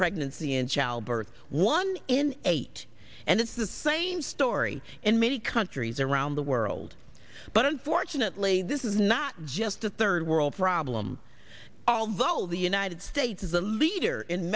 pregnancy and childbirth one in eight and it's the same story in many countries around the world but unfortunately this is not just a third world problem although the united states is the leader in